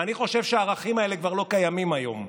ואני חושב שהערכים האלה כבר לא קיימים היום.